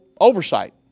oversight